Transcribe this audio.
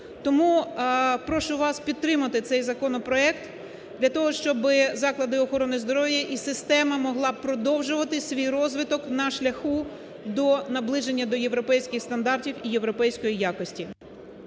Тому прошу вас підтримати цей законопроект для того, щоби заклади охорони здоров'я і система могла продовжувати свій розвиток на шляху до наближення до європейських стандартів і європейської якості.